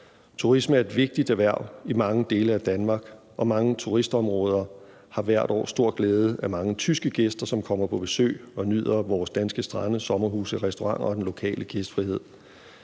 Turisme er et vigtigt erhverv i mange dele af Danmark, og mange turistområder har hvert år stor glæde af mange tyske gæster, som kommer på besøg og nyder vores danske strande, sommerhuse, restauranter og den lokale gæstfrihed.